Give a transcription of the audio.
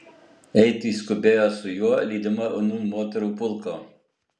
eiti skubėjo su juo lydima nūn moterų pulko